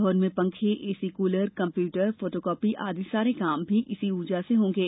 भवन में पंखे एसी कूलर कम्प्यूटर फोटोकॉपी आदि सारे काम भी इसी ऊर्जा से होंगे